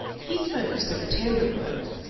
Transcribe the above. he spoke of secretarial work,